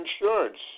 Insurance